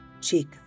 cheek